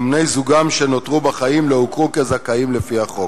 גם בני-זוגם שנותרו בחיים לא הוכרו כזכאים לפי החוק.